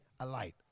alight